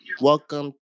welcome